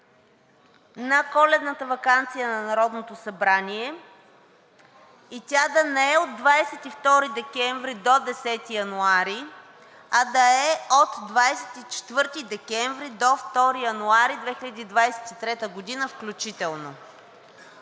на коледната ваканция на Народното събрание и тя да не е от 22 декември до 10 януари, а да е от 24 декември до 2 януари 2023 г. включително.